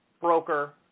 broker